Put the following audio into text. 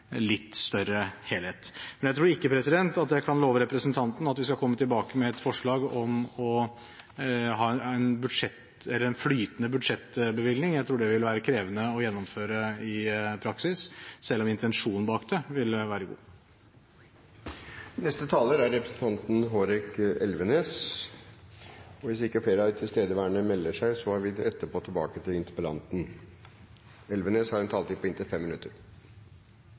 litt større helhet, men jeg tror ikke jeg kan love representanten at vi skal komme tilbake med et forslag om en flytende budsjettbevilgning. Jeg tror det vil være krevende å gjennomføre i praksis, selv om intensjonen bak det er god. Interpellanten så litt mørkt på debattsituasjonen og antydet at det så ut til å bli en debatt utelukkende mellom minister og interpellant. Temaet er for viktig til det. Interpellanten skal ha honnør for å ha tatt opp et svært så